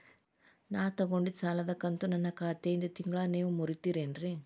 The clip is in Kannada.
ನಾ ತೊಗೊಂಡಿದ್ದ ಸಾಲದ ಕಂತು ನನ್ನ ಖಾತೆಯಿಂದ ತಿಂಗಳಾ ನೇವ್ ಮುರೇತೇರೇನ್ರೇ?